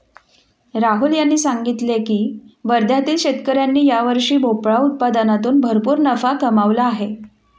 राहुल यांनी सांगितले की वर्ध्यातील शेतकऱ्यांनी यावर्षी भोपळा उत्पादनातून भरपूर नफा कमावला आहे